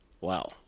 Wow